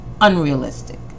unrealistic